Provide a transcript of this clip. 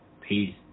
peace